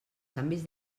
canvis